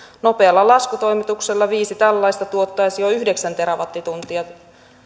nopealla laskutoimituksella viisi tällaista tuottaisi jo yhdeksän terawattituntia